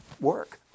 work